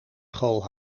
school